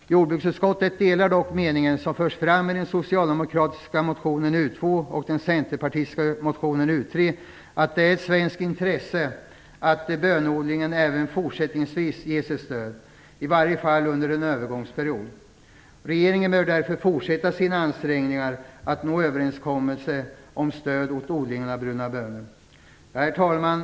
Jordbruksutskottet delar dock den mening som förts fram i den socialdemokratiska motionen U2 och den centerpartistiska motionen U13, att det är ett svenskt intresse att bönodlingen även fortsättningsvis ges ett stöd, i varje fall under en övergångsperiod. Regeringen bör därför fortsätta sina ansträngningar att nå överenskommelse om stöd åt odlingen av bruna bönor. Herr talman!